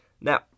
Now